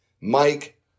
Mike